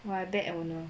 !wah! I bet eleanor